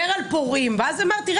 טל